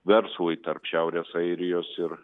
verslui tarp šiaurės airijos ir